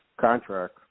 contract